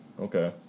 Okay